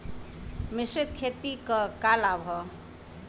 मिश्रित खेती क का लाभ ह?